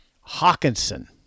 Hawkinson